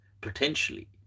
potentially